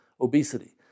obesity